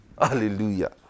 Hallelujah